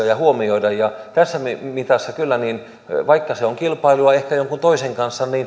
ja huomioida tässä mitassa kyllä vaikka se on ehkä kilpailua jonkun toisen kanssa